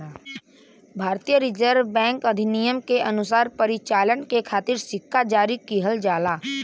भारतीय reserve bank अधिनियम के अनुसार परिचालन के खातिर सिक्का जारी किहल जाला